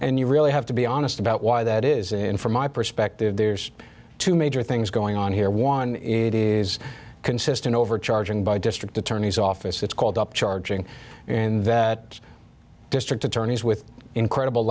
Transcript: and you really have to be honest about why that is in from my perspective there's two major things going on here one is consistent overcharging by district attorney's office it's called up charging in that district attorneys with incredible